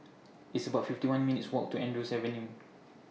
It's about fifty one minutes' Walk to Andrews Avenue